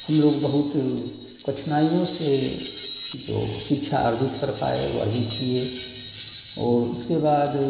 हमलोग बहुत कठिनाइयों से जो शिक्षा अर्जित कर पाए वह अर्जित किए और उसके बाद